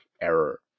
error